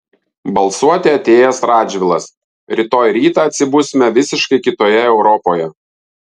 balsuoti atėjęs radžvilas rytoj rytą atsibusime visiškai kitoje europoje